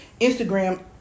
Instagram